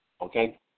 okay